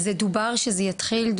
זה דובר שזה יתחיל.